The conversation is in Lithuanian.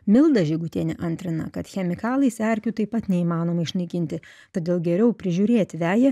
milda žygutienė antrina kad chemikalais erkių taip pat neįmanoma išnaikinti todėl geriau prižiūrėti veją